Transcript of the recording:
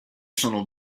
sono